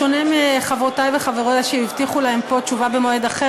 בשונה מחברותי וחברי שהבטיחו להם פה תשובה במועד אחר,